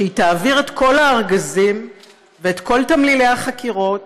שהיא תעביר את כל הארגזים ואת כל תמלילי החקירות,